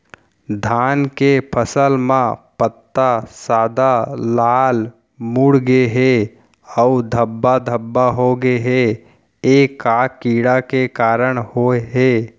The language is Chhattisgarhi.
धान के फसल म पत्ता सादा, लाल, मुड़ गे हे अऊ धब्बा धब्बा होगे हे, ए का कीड़ा के कारण होय हे?